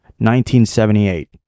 1978